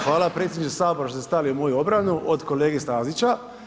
Hvala predsjedniče sabora što ste stali u moju obranu od kolege Stazića.